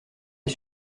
est